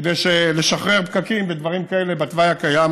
כדי לשחרר פקקים ודברים כאלה בתוואי הקיים.